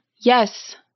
Yes